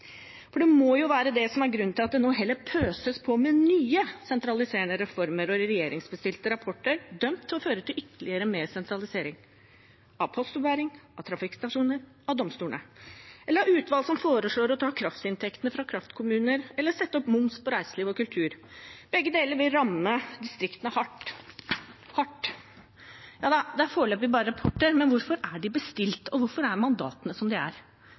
For det må jo være det som er grunnen til at det nå heller pøses på med nye sentraliserende reformer og regjeringsbestilte rapporter, dømt til å føre til ytterligere sentralisering – av postombæring, av trafikkstasjoner og av domstolene. Man setter ned utvalg som foreslår å ta kraftinntektene fra kraftkommuner eller sette opp momsen på reiseliv og kultur. Begge deler vil ramme distriktene hardt! Det er foreløpig bare rapporter, men hvorfor er de bestilt, og hvorfor er mandatene som de er?